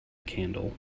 candle